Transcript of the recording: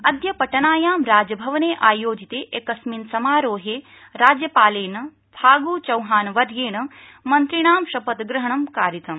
अद्य पटनायां राजभवने आयोजिते क्रिस्मिन् समारोहे राज्यपालेन फागू चौहानवर्येण मंत्रीणां शपथग्रहणं कारितम्